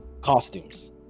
costumes